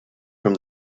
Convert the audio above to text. from